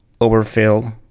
overfill